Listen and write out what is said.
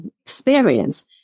experience